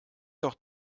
doch